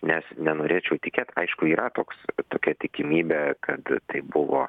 nes nenorėčiau tikėt aišku yra toks tokia tikimybė kad tai buvo